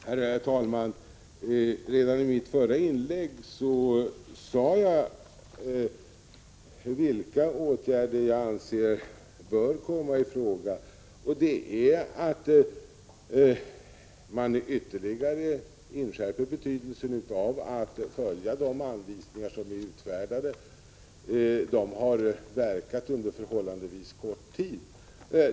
Herr talman! Redan i mitt förra inlägg sade jag vilka åtgärder jag anser bör komma ii fråga. Det är att man ytterligare inskärper betydelsen av att följa de anvisningar som är utfärdade. De har verkat under förhållandevis kort tid.